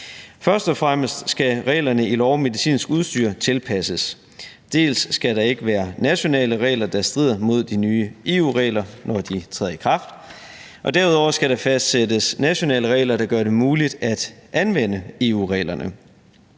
Først og fremmest skal reglerne i lov om medicinsk udstyr tilpasses. Dels skal der ikke være nationale regler, der strider imod de nye EU-regler, når de træder i kraft, dels skal der derudover fastsættes nationale regler, der gør det muligt at anvende EU-reglerne.